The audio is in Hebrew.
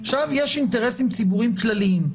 עכשיו יש אינטרסים ציבוריים כלליים: